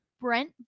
Brent